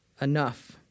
enough